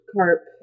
carp